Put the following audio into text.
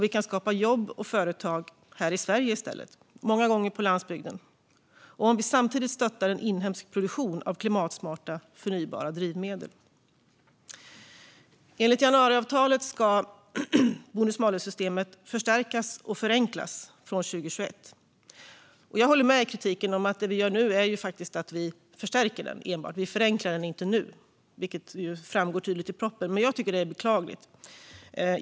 Vi kan skapa jobb och företag här i Sverige i stället, många gånger på landsbygden, om vi samtidigt stöttar en inhemsk produktion av klimatsmarta, förnybara drivmedel. Enligt januariavtalet ska bonus-malus-systemet förstärkas och förenklas från 2021. Jag håller med i kritiken om att det vi gör nu faktiskt enbart handlar om att förstärka den. Vi förenklar den inte nu, vilket framgår tydligt i propositionen. Jag tycker att det är beklagligt.